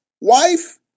wife